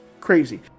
crazy